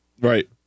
Right